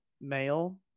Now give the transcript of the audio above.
male